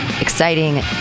Exciting